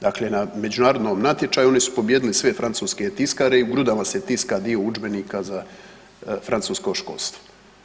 Dakle, na međunarodnom natječaju oni su pobijedili sve francuske tiskare i u Grudama se tiska dio udžbenika za francusko školstvo.